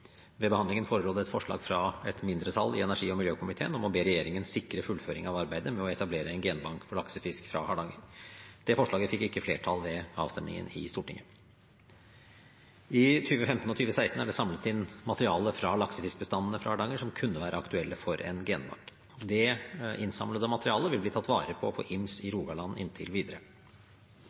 Ved behandlingen forelå det et forslag fra et mindretall i energi- og miljøkomiteen om å be regjeringen sikre fullføringen av arbeidet med å etablere en genbank for laksefisk fra Hardanger. Det forslaget fikk ikke flertall ved avstemningen i Stortinget. I 2015 og 2016 er det samlet inn materiale fra laksefiskbestandene fra Hardanger som kunne være aktuelle for en genbank. Det innsamlede materialet vil bli tatt vare på på Ims i Rogaland inntil videre.